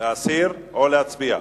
להסיר או להצביע?